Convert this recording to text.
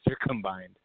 combined